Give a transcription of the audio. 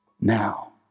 Now